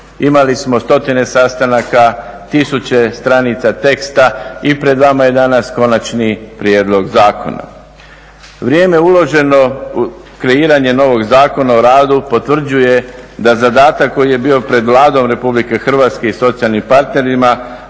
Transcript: Imali smo stotine sastanaka, tisuće stranica teksta i pred vama je danas Konačni prijedlog Zakona. Vrijeme uloženo u kreiranje novog Zakona o radu potvrđuje da zadatak koji je bio pred Vladom Republike Hrvatske i socijalnim partnerima